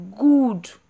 Good